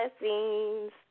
blessings